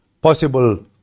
possible